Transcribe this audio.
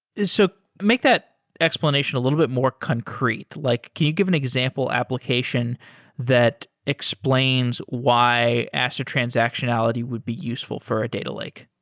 so make that explanation a little bit more concrete. like can you give an example application that explains why acid transactionality would be useful for a data lake?